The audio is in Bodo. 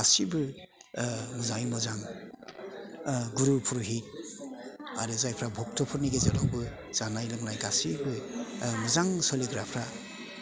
गासिबो मोजाङै मोजां गुरु पुरहित आरो जायफ्रा भक्त'फोरनि गेजेरावबो जानाय लोंनाय गासिबो मोजां सोलिग्राफ्रा